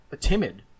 timid